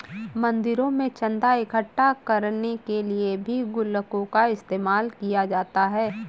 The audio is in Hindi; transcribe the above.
मंदिरों में चन्दा इकट्ठा करने के लिए भी गुल्लकों का इस्तेमाल किया जाता है